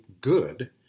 good